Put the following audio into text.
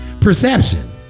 Perception